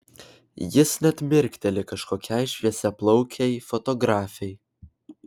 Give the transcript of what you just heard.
jis net mirkteli kažkokiai šviesiaplaukei fotografei